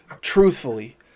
truthfully